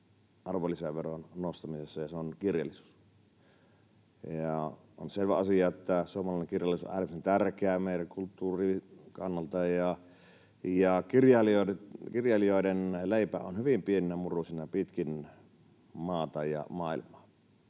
arvonlisäveron nostamisessa, ja se on kirjallisuus. On selvä asia, että suomalainen kirjallisuus on äärimmäisen tärkeä meidän kulttuurimme kannalta ja kirjailijoiden leipä on hyvin pieninä murusina pitkin maata ja maailmaa.